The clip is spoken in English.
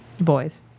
Boys